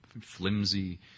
flimsy